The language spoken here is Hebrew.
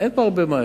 אין פה הרבה מה,